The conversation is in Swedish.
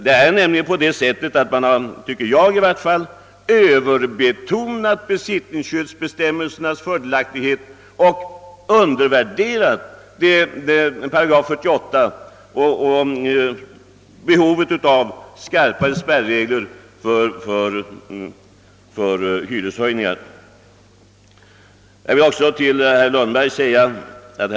Det är nämligen — enligt min uppfattning — på det sättet att besittningsskyddsbestämmelsernas fördelaktighet och 48 § har överbetonats medan behovet av skarpare spärregler för hyreshöjningar har undervärderats.